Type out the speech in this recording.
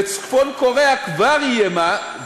וצפון-קוריאה כבר איימה,